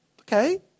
okay